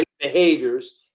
behaviors